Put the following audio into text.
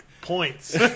points